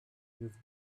with